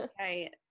Okay